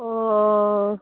ಓ